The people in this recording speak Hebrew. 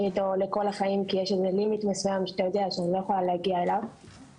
איתו לכל החיים כי יש מגבלה מסוימת שאני לא יכולה להגיע אליו,